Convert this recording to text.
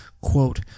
quote